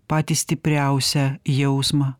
patį stipriausią jausmą